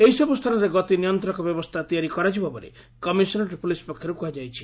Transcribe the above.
ଏହିସବୁ ସ୍ଥାନରେ ଗତି ନିୟନ୍ତକ ବ୍ୟବସ୍ଷା ତିଆରି କରାଯିବ ବୋଲି କମିଶନରେଟ୍ ପୁଲିସ ପକ୍ଷରୁ କୁହାଯାଇଛି